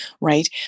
right